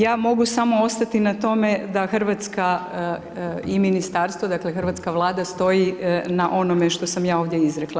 Ja mogu samo ostati na tome da Hrvatska i ministarstvo, dakle, hrvatska Vlada stoji na onome što sam ja ovdje izrekla.